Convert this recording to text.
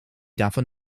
davon